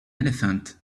elephant